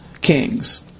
kings